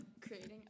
creating